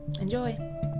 Enjoy